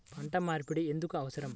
పంట మార్పిడి ఎందుకు అవసరం?